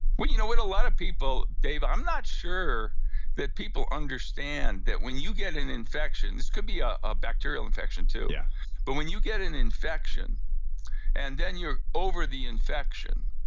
you know, what a lot of people. dave, i'm not sure that people understand that when you get an infection. this could be ah a bacterial infection too. yeah but when you get an infection and then you're over the infection,